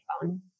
phone